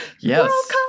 yes